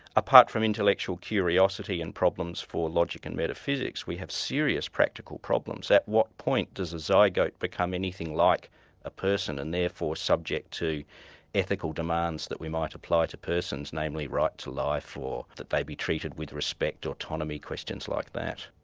apart from intellectual curiosity and problems for logic and metaphysics, we have serious practical problems. at what point does a zygote become anything like a person and therefore subject to ethical demands that we might apply to persons, namely right to life or that they be treated with respect, autonomy, questions like that.